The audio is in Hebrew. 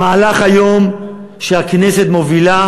המהלך שהכנסת מובילה